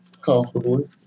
comfortably